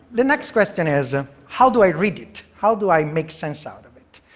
the next question is ah how do i read it? how do i make sense out of it?